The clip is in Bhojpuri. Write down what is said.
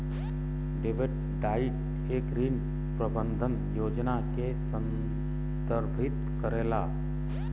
डेब्ट डाइट एक ऋण प्रबंधन योजना के संदर्भित करेला